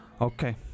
okay